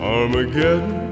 Armageddon